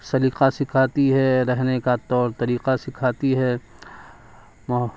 سلیقہ سکھاتی ہے رہنے کا طور طریقہ سکھاتی ہے